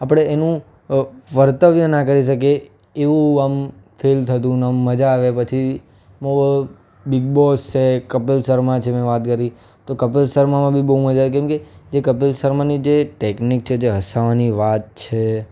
આપળે એનું વર્તવ્ય ના કરી શકીએ એવું આમ ફિલ થતું ને આમ મજા આવે પછી બિગબોસ છે કપિલ શર્મા છે મેં વાત કરી તો કપિલ શર્મામાં બી બહુ મજા આવી કેમ કે જે કપિલ શર્માની જે ટેકનિક છે જે હસાવવાની વાત છે